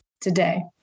today